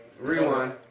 Rewind